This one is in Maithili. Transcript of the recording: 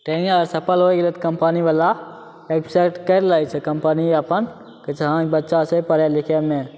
ट्रेनिन्ग अगर सफल होइ गेलै तऽ कम्पनीवला एडजस्ट करि लै छै कम्पनी अपन कहै छै हँ ई बच्चा छै पढ़ै लिखैमे